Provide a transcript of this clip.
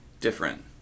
different